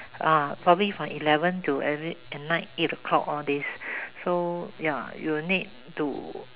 ah probably from eleven to at night eight o'clock all this so ya you will need to